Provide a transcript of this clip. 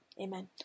amen